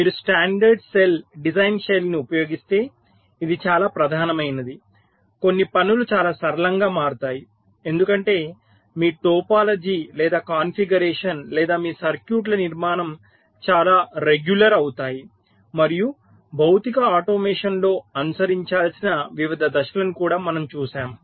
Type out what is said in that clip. మీరు standard cell design శైలిని ఉపయోగిస్తే ఇది చాలా ప్రధానమైనది కొన్ని పనులు చాలా సరళంగా మారతాయి ఎందుకంటే మీ టోపోలాజీ లేదా కాన్ఫిగరేషన్ లేదా మీ సర్క్యూట్ల నిర్మాణం చాలా రెగ్యులర్ అవుతాయి మరియు భౌతిక ఆటోమేషన్లో అనుసరించాల్సిన వివిధ దశలను కూడా మనము చూశాము